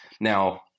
Now-